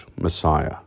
Messiah